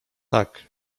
tak